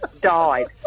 died